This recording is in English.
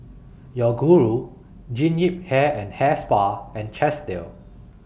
Yoguru Jean Yip Hair and Hair Spa and Chesdale